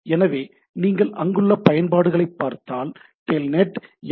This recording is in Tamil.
எனவே நீங்கள் அங்குள்ள பயன்பாடுகளைப் பார்த்தால் டெல்நெட் எஃப்